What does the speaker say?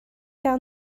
down